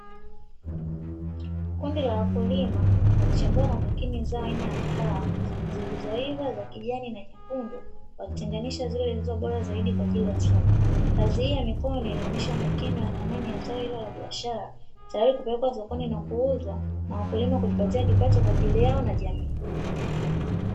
Kundi la wakulima wakichambua kwa umakini zao la kahawa zilizoiva za kijani na nyekundu wakitenganisha zile zilizo bora zaidi kwa ajili ya soko. Kazi hii ya mikono inaonyesha umakini wa thamani wa zao hilo la biashara, tayari kupelekwa sokoni na kuuzwa na wakulima kujipatia kipato kwa ajili yao na jamii.